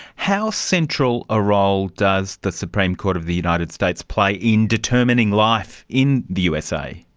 how central a role does the supreme court of the united states play in determining life in the usa?